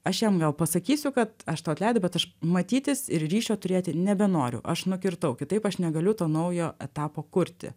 aš jam gal pasakysiu kad aš tau atleidau bet aš matytis ir ryšio turėti nebenoriu aš nukirtau kitaip aš negaliu to naujo etapo kurti